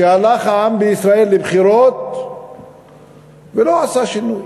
שהלך העם בישראל לבחירות ולא עשה שינוי.